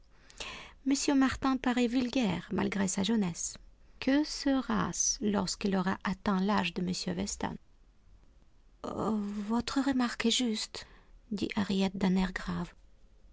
m martin paraît vulgaire malgré sa jeunesse que sera-ce lorsqu'il aura atteint l'âge de m weston votre remarque est juste dit harriet d'un air grave